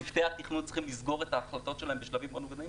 צוותי התכנון צריכים לסגור את ההחלטות שלהם בשלבים מאוד מוקדמים.